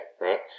right